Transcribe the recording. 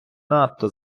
надто